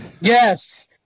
Yes